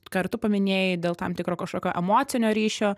ką ir tu paminėjai dėl tam tikro kažkokio emocinio ryšio